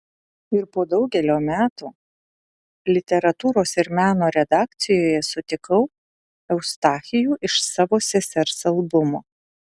ir po daugelio metų literatūros ir meno redakcijoje sutikau eustachijų iš savo sesers albumo